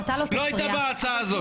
היא לא היתה מציעה את זה.